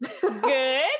Good